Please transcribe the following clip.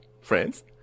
friends